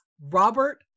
Robert